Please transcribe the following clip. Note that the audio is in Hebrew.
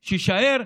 שיישאר,